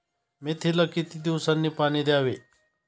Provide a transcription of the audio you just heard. मेथीला किती दिवसांनी पाणी द्यावे?